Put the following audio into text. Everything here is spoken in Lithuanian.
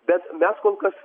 bet mes kol kas